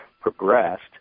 progressed